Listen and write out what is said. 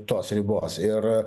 tos ribos ir